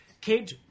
Cage